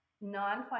non